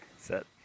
set